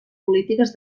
polítiques